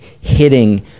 hitting